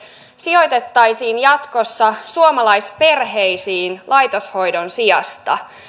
sijoitettaisiin jatkossa suomalaisperheisiin laitoshoidon sijasta